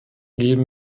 geben